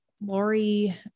Lori